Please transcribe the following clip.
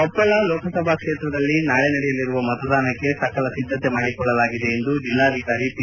ಕೊಪ್ಪಳ ಲೋಕಸಭಾ ಕ್ಷೇತ್ರದಲ್ಲಿ ನಾಳೆ ನಡೆಯಲಿರುವ ಮತದಾನಕ್ಕೆ ಸಕಲ ಸಿದ್ಧತೆ ಮಾಡಿಕೊಳ್ಳಲಾಗಿದೆ ಎಂದು ಜಿಲ್ಲಾಧಿಕಾರಿ ಪಿ